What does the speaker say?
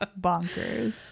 bonkers